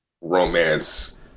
romance